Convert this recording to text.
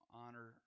honor